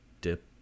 dip